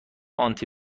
آنتی